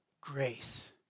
grace